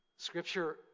Scripture